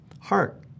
heart